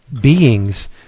beings